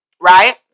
right